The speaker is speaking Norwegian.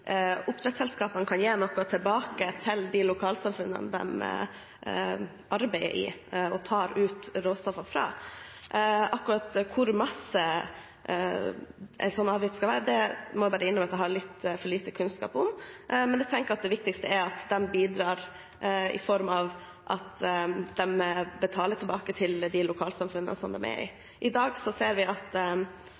oppdrettsselskapene kan gi noe tilbake til de lokalsamfunnene de arbeider i og tar ut råstoffer fra. Akkurat hvor stor en slik avgift skal være, må jeg bare innrømme at jeg har litt for lite kunnskap om, men jeg tenker at det viktigste er at de bidrar i form av at de betaler tilbake til de lokalsamfunnene som de er i.